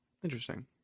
Interesting